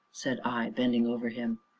said i, bending over him.